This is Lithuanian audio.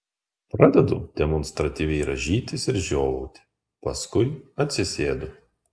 pradedu demonstratyviai rąžytis ir žiovauti paskui atsisėdu